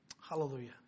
Hallelujah